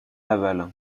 laval